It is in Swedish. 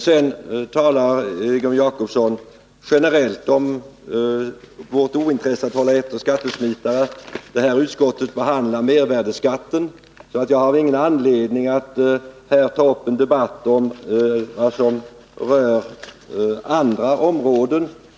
Sedan talar Egon Jacobsson generellt om vårt ointresse när det gäller att hålla efter skattesmitare. Det här utskottsbetänkandet behandlar mervärdeskatten, så jag har ingen anledning att här ta upp en debatt som rör andra områden.